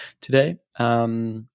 today